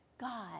God